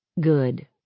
Good